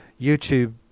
youtube